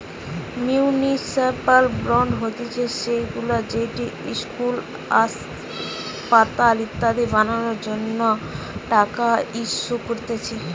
municipal bond হতিছে সেইগুলা যেটি ইস্কুল, আসপাতাল ইত্যাদি বানানোর জন্য টাকা ইস্যু করতিছে